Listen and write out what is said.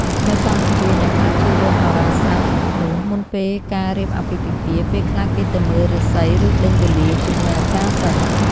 នៅកម្ពុជាអ្នកខ្លះជឿលើហោរាសាស្រ្ត នោះមុនពេលការរៀបអាពាហ៍ពិពាហ៍ ពេលខ្លះគេទៅមើលរាសី ឬដេញវេលាជាមួយអាចារ្យសិន។